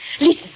listen